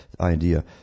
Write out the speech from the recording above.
idea